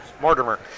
Mortimer